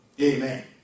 Amen